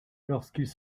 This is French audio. lorsqu’ils